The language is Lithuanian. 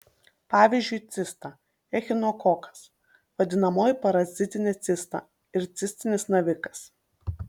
pavyzdžiui cista echinokokas vadinamoji parazitinė cista ir cistinis navikas